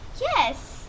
Yes